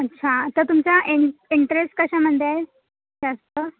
अच्छा तर तुमच्या एन इंटरेस्ट कशामध्ये आहे जास्त